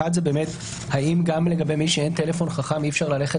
האחד זה באמת האם גם לגבי מי שאין לו טלפון חכם אי אפשר ללכת